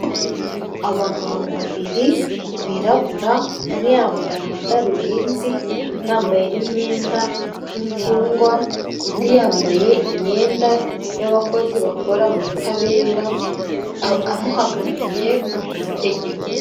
Abagabo babiri birabura, umwe yambaye amadarubindi yambaye n'iyenda y'imfungwa, undi yambaye imyenda y'abakozi bakora mu butabera amuhagarariye ku mategeko.